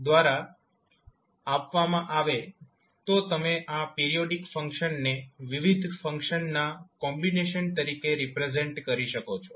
દ્વારા આપવામાં આવે તો તમે આ પીરીયોડીક ફંક્શનને વિવિધ ફંક્શન્સના કોમ્બિનેશન તરીકે રિપ્રેઝેન્ટ કરી શકો છો